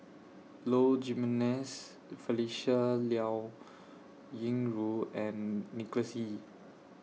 Low Jimenez Felicia Liao Yingru and Nicholas Ee